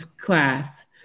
class